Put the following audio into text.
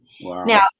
Now